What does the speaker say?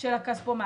של הכספומטים.